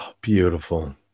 Beautiful